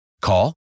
Call